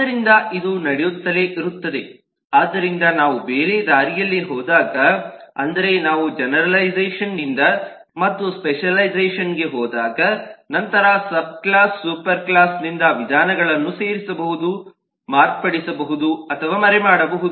ಆದ್ದರಿಂದ ಇದು ನಡೆಯುತ್ತಲೇ ಇರುತ್ತದೆ ಆದ್ದರಿಂದ ನಾವು ಬೇರೆ ದಾರಿಯಲ್ಲಿ ಹೋದಾಗ ಅಂದರೆ ನಾವು ಜೆನೆರಲೈಝೇಷನ್ನಿಂದ ಮತ್ತು ಸ್ಪೆಷಲ್ಲೈಝೇಷನ್ಗೆ ಹೋದಾಗ ನಂತರ ಸಬ್ ಕ್ಲಾಸ್ ಸೂಪರ್ಕ್ಲಾಸ್ನಿಂದ ವಿಧಾನಗಳನ್ನು ಸೇರಿಸಬಹುದು ಮಾರ್ಪಡಿಸಬಹುದು ಅಥವಾ ಮರೆಮಾಡಬಹುದು